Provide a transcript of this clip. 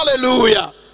Hallelujah